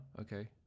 okay